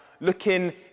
looking